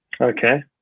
Okay